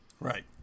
Right